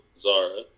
Zara